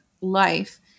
life